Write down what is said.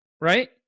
right